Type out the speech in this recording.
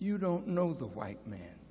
you don't know the white man